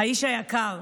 האיש היקר,